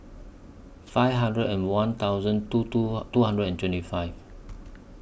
five hundred and one thousand two two two hundred and twenty five